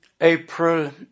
April